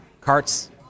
carts